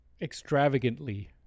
extravagantly